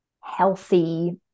healthy